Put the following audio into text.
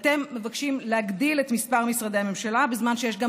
ואתם מבקשים להגדיל את מספר משרדי הממשלה בזמן שיש גם,